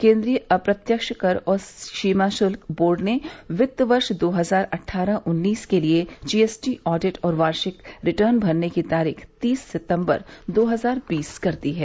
केन्द्रीय अप्रत्यक्ष कर और सीमा शुल्क बोर्ड ने वित्त वर्ष दो हजार अट्ठारह उन्नीस के लिए जीएसटी ऑडिट और वार्षिक रिटर्न भरने की तारीख तीस सितम्बर दो हजार बीस कर दी है